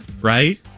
right